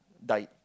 died